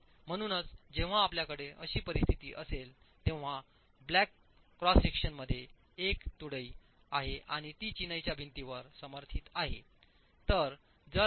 म्हणूनच जेव्हा आपल्याकडे अशी परिस्थिती असेल तेव्हा ब्लॅक क्रॉस सेक्शनमध्ये एक तुळई आहे आणि ती चिनाईच्या भिंतीवर समर्थित आहे